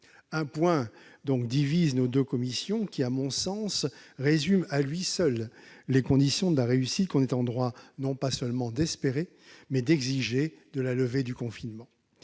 Un point divise donc nos deux commissions. À mon sens, il résume à lui seul les conditions de la réussite que l'on est en droit, non pas seulement d'espérer, mais d'exiger de la levée du confinement.